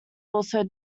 also